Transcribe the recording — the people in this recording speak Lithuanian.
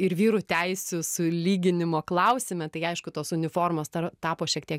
ir vyrų teisių sulyginimo klausime tai aišku tos uniformos tapo šiek tiek